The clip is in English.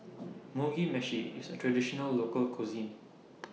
Mugi Meshi IS A Traditional Local Cuisine